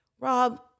Rob